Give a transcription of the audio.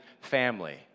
family